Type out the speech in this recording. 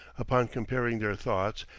upon comparing their thoughts,